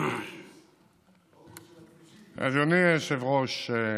אדוני היושב-ראש,